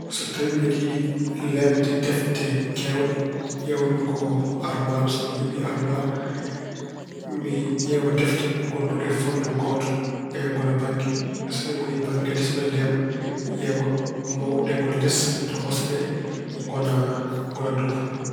So tawi mbeɗa yiɗi leemde defte keewɗe, ƴeewan mi ko armuwar. So mi heɓi armuwar, mi ƴeewa defte ngonduɗe e fannu gooto, ɗeen ngona bannge. So ɗeen ngoni bannge kadi so mbeɗa leema, mi ƴeewa, mawɗe ɗe ngona les, tokoseɗe ngona dow.